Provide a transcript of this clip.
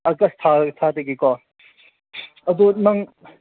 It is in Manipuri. ꯑꯥꯒꯁ ꯊꯥ ꯊꯥꯗꯒꯤꯀꯣ ꯑꯗꯣ ꯅꯪ